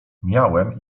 miałem